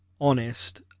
honest